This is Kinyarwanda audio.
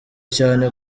cyane